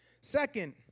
Second